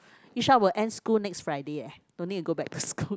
Yisha will end school next Friday leh don't need to go back to school